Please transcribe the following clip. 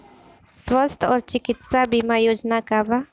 स्वस्थ और चिकित्सा बीमा योजना का बा?